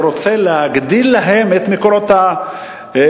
הוא רוצה להגדיל להם את מקורות ההכנסה,